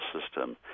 system